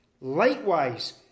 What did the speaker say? likewise